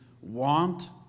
want